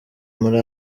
muri